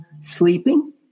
sleeping